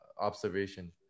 observation